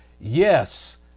yes